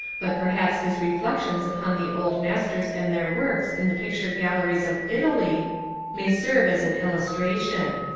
but perhaps his reflections upon the old masters and their works in the picture galleries of italy may serve as an illustration